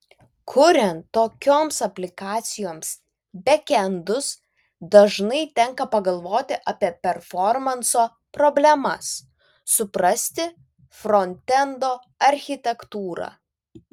kuriant tokioms aplikacijoms bekendus dažnai tenka pagalvoti apie performanso problemas suprasti frontendo architektūrą